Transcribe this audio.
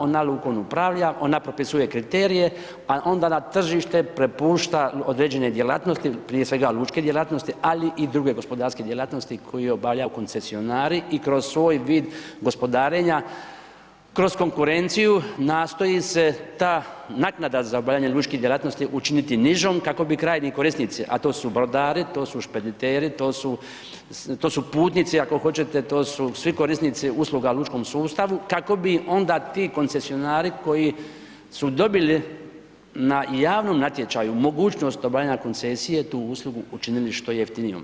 Ona lukom upravlja, ona propisuje kriterije, a onda na tržište prepušta određene djelatnosti, prije svega lučke djelatnosti, ali i druge gospodarske djelatnosti koje obavljaju koncesionari i kroz svoj vid gospodarenja, kroz konkurenciju nastoji se ta naknada za obavljanje lučkih djelatnosti učiniti nižom kako bi krajnji korisnici, a to su brodari, to su špediteri, to su putnici ako hoćete, to su svi korisnici usluga u lučkom sustavu, kako bi onda ti koncesionari koji su dobili na javnom natječaju mogućnost obavljanja koncesije tu uslugu učinili što jeftinijom.